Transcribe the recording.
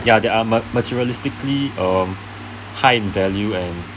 ya there are ma materialistically uh high in value and